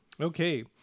Okay